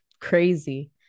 crazy